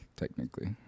technically